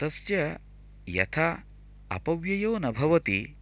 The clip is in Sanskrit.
तस्य यथा अपव्ययो न भवति